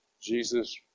jesus